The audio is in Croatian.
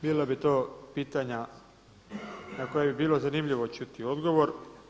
Bila bi to pitanja na koja bi bilo zanimljivo čuti odgovor.